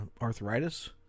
arthritis